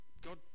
God